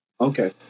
okay